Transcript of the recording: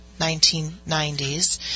1990s